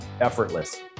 effortless